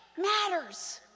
matters